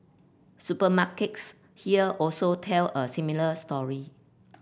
supermarkets here also tell a similar story